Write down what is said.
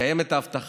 לקיים את ההבטחה